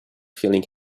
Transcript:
feeling